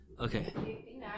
Okay